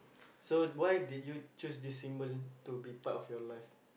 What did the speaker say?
so why did you choose this symbol to be part of your life